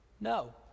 No